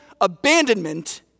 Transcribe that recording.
abandonment